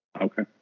Okay